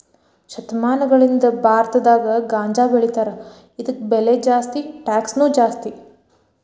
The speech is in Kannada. ಶತಮಾನಗಳಿಂದಾನು ಭಾರತದಾಗ ಗಾಂಜಾಬೆಳಿತಾರ ಇದಕ್ಕ ಬೆಲೆ ಜಾಸ್ತಿ ಟ್ಯಾಕ್ಸನು ಜಾಸ್ತಿ